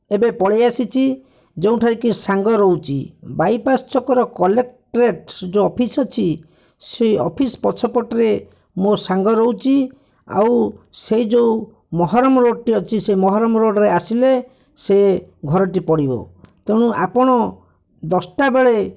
ଏବେ ପଳେଇ ଆସିଛି ଯେଉଁଠାରେ କି ସାଙ୍ଗ ରହୁଛି ବାଇପାସ୍ ଛକର କଲେକ୍ଟରେଟ୍ ଯୋଉ ଅଫିସ୍ ଅଛି ସେଇ ଅଫିସ୍ ପଛ ପଟରେ ମୋ ସାଙ୍ଗ ରହୁଛି ଆଉ ସେଇ ଯୋଉ ମହରମ୍ ରୋଡ଼ଟି ଅଛି ସେଇ ମହରମ୍ ରୋଡ଼ରେ ଆସିଲେ ସେ ଘରଟି ପଡ଼ିବ ତେଣୁ ଆପଣ ଦଶଟା ବେଳେ